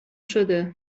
شده